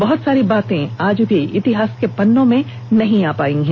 बहत सारी बातें आज भी इतिहास के पन्नों में नहीं आई हैं